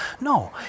No